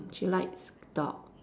she likes dog